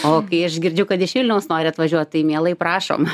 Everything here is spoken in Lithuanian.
o kai aš girdžiu kad iš vilniaus nori atvažiuot tai mielai prašom